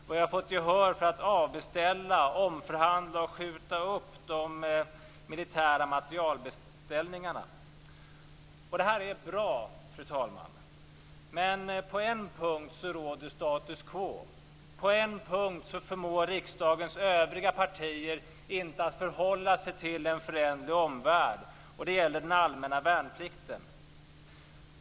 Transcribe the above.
Vi har fått gehör för att avbeställa, omförhandla och skjuta upp de militära materielbeställningarna. Det här är bra, fru talman, men på en punkt råder status quo. På en punkt förmår riksdagens övriga partier inte att förhålla sig till en föränderlig omvärld, och det gäller beträffande de allmänna värnplikten.